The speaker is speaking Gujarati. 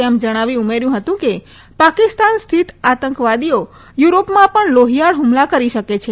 તેમ જણાવી ઉમેર્યું હતું કે પાકિસ્તાન સ્થિત આતંકવાદીઓ યુરોપમાં પણ લોહીયાળ હુમલા કરી શકે છે